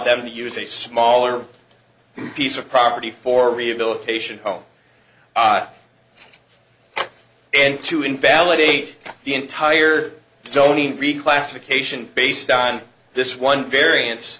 them to use a smaller piece of property for rehabilitation home and to invalidate the entire sony reclassification based on this one varian